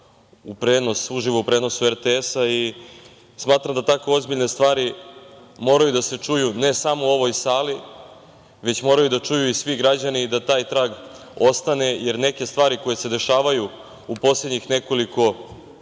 nije išla uživo u prenos RTS.Smatram da tako ozbiljne stvari moraju da se čuju, ne samo u ovoj sali, već moraju da čuju i svi građani i da taj trag ostane, jer neke stvari koje se dešavaju u poslednjih nekoliko meseci,